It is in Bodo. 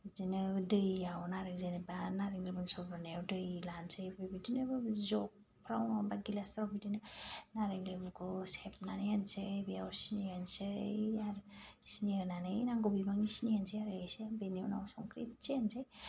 बिदिनो दैआव आरो जेनेबा नारें लेबुनि सरबताव दै लानोसै ओमफ्राय बिदिनो जगफोराव बा माबा गिलासफोराव बिदिनो नारें लेबुखौ सेबनानै होनोसै बेयाव सिनि होनोसै आरो सिनि होनानै नांगौ बिबांनि सिनि होनोसै आरो इसे बेनि उनाव संख्रि इसे होनोसै